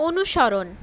অনুসরণ